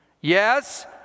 Yes